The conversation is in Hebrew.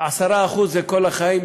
10% זה כל החיים.